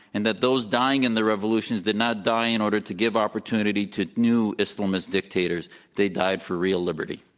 and that those dying in the revolutions did not die in order to give opportunity to new islamist dictators they died for real liberty.